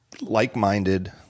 like-minded